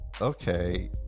okay